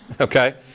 Okay